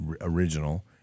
original